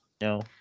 no